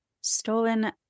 stolen